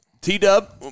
T-Dub